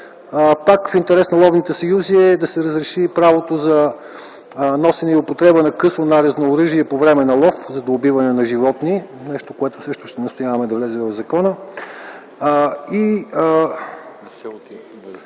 В интерес на ловните съюзи е също да се разреши носенето и употребата на късонарезно оръжие по време на лов за убиване на животни – нещо, което също ще настояваме да влезе в закона.